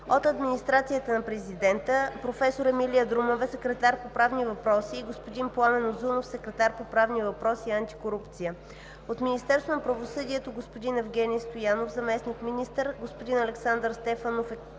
от Администрацията на Президента: професор Емилия Друмева – секретар по правни въпроси, и господин Пламен Узунов – секретар по правни въпроси и антикорупция; от Министерството на правосъдието: господин Евгени Стоянов – заместник-министър, господин Александър Стефанов –